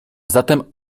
zatem